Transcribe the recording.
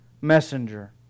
messenger